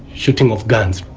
shooting of guns.